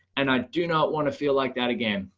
and i do not want to feel like that again.